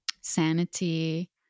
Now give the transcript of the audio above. sanity